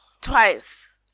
Twice